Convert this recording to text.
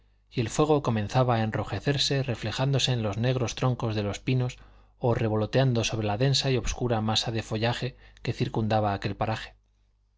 y el fuego comenzaba a enrojecerse reflejándose en los negros troncos de los pinos o revoloteando sobre la densa y obscura masa de follaje que circundaba aquel paraje